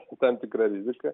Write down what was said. su tam tikra rizika